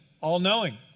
all-knowing